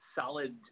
solid